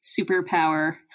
superpower